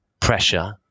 pressure